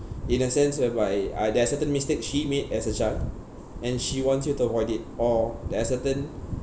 in a sense whereby uh there are certain mistake she made as a child and she wants you to avoid it or there are certain